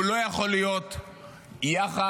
לא יכול להיות "יחד"